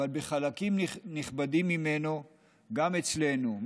אבל בחלקים נכבדים ממנו גם אצלנו.